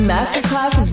Masterclass